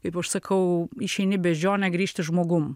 kaip aš sakau išeini beždžione grįžti žmogum